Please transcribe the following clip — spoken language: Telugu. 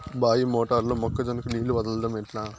బాయి మోటారు లో మొక్క జొన్నకు నీళ్లు వదలడం ఎట్లా?